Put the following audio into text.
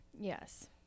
Yes